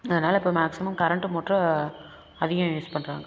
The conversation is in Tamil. அதனால் இப்போ மேக்சிமம் கரண்ட்டு மோட்ரு அதிகம் யூஸ் பண்ணுறாங்க